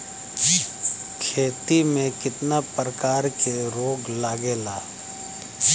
खेती में कितना प्रकार के रोग लगेला?